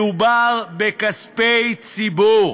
מדובר בכספי ציבור.